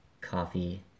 coffee